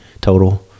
total